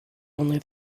only